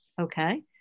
Okay